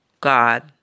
God